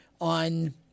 on